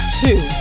two